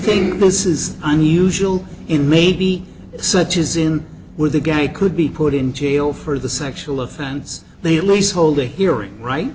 this is unusual in maybe such as in where the guy could be put in jail for the sexual offense they at least hold a hearing right